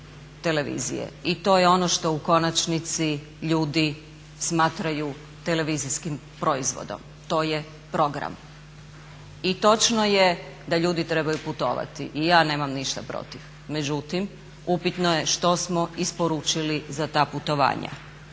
i to je ono što u konačnici ljudi smatraju televizijskim proizvodom. To je program. I točno je da ljudi trebaju putovati i ja nemam ništa protiv, međutim upitno je što smo isporučili za ta putovanja.